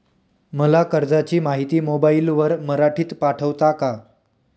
मला कर्जाची माहिती मोबाईलवर मराठीत पाठवता का?